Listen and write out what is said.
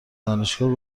دانشگاه